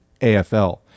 AFL